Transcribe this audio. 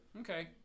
okay